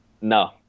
No